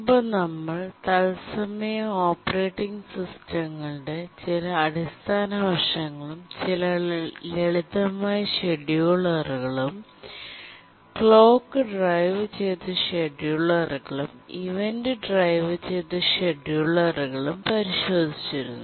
മുമ്പ് നമ്മൾ തത്സമയ ഓപ്പറേറ്റിംഗ് സിസ്റ്റങ്ങളുടെ ചില അടിസ്ഥാന വശങ്ങളും ചില ലളിതമായ ഷെഡ്യൂളറുകളും ക്ലോക്ക് ഡ്രൈവുചെയ്ത ഷെഡ്യൂളറുകളും ഇവന്റ് ഡ്രൈവുചെയ്ത ഷെഡ്യൂളറുകളും പരിശോധിച്ചിരുന്നു